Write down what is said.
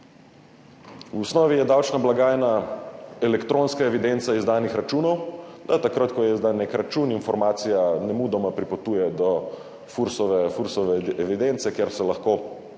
V osnovi je davčna blagajna elektronska evidenca izdanih računov, da takrat, ko je izdan nek račun, informacija nemudoma pripotuje do Fursove evidence, kjer se lahko